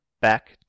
back